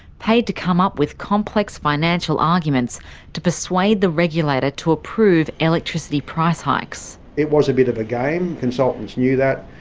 paid to come up with complex financial arguments to persuade the regulator to approve electricity price hikes. it was a bit of a game, consultants knew that.